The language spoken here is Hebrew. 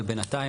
אבל בנתיים,